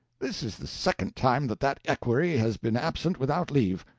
this is the second time that that equerry has been absent without leave.